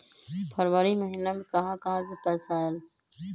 फरवरी महिना मे कहा कहा से पैसा आएल?